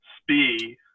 speed